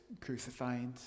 crucified